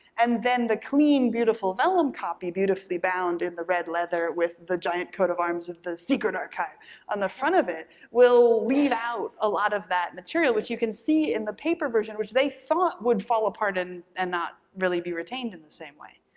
and then the clean, beautiful vellum copy, beautifully bound in the red leather with the giant coat of arms with the secret archive on the front of it will leave out a lot of that material which you can see in the paper version, which they thought would fall apart and not really be retained in the same way.